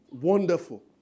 wonderful